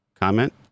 comment